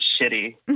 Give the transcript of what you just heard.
shitty